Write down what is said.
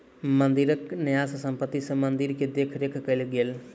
मंदिरक न्यास संपत्ति सॅ मंदिर के देख रेख कएल गेल